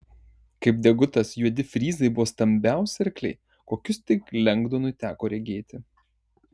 kaip degutas juodi fryzai buvo stambiausi arkliai kokius tik lengdonui teko regėti